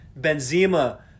Benzema